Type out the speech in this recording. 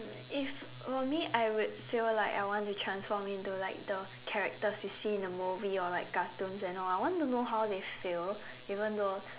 if for me I would feel like I want to transform into like the characters you see in the movie or like cartoons and all I want to know how they feel even though